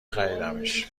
خریدمش